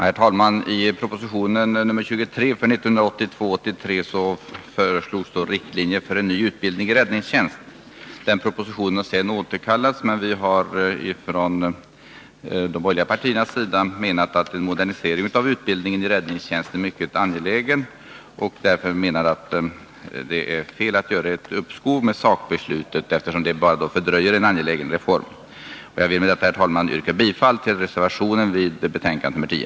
Herr talman! I proposition 1982/83:23 föreslogs riktlinjer för en ny utbildning i räddningstjänst. Propositionen har sedan återkallats, men från de borgerliga partiernas sida menar vi att en modernisering av utbildningen i räddningstjänst är mycket angelägen, och därför är det fel att uppskjuta sakbeslutet, eftersom det bara skulle fördröja en angelägen reform. Herr talman! Jag yrkar bifall till reservationen vid civilutskottets betänkande nr 10.